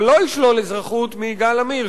אבל לא ישלול אזרחות מיגאל עמיר,